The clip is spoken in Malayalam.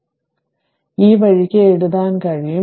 അതിനാൽ ഈ വഴിക്ക് എഴുതാൻ കഴിയും